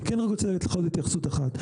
אני כן רוצה לתת לך עוד התייחסות אחת.